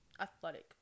athletic